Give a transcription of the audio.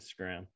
instagram